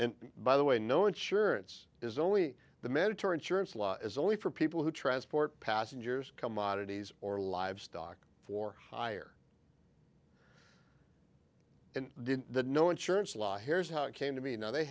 and by the way no insurance is only the mandatory insurance law is only for people who transport passengers commodities or livestock for hire and the no insurance law here's how it came to be now they